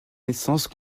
naissance